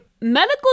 Medical